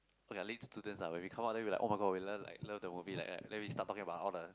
okay ah Lit students ah when we come out then we like [oh]-my-god we love like love the movie like then we start talking about all the